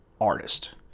artist